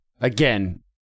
Again